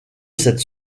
cette